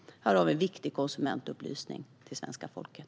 Här har vi viktig konsumentupplysning till svenska folket.